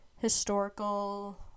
historical